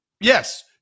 yes